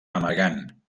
amargant